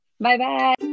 Bye-bye